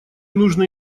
нужно